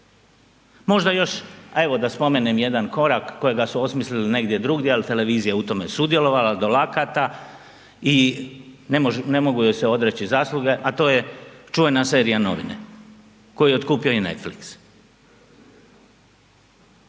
možda još evo da spomenem jedan korak kojega su osmislili negdje drugdje, al televizija je u tome sudjelovala do lakata i ne može, ne mogu joj se odreći zasluge, a to je čuvena serija Novine koju je otkupio Netflix